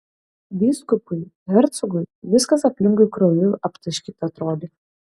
vyskupui hercogui viskas aplinkui krauju aptaškyta atrodė